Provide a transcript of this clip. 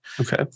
Okay